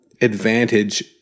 advantage